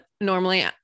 normally